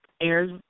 airs